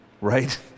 Right